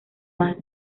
más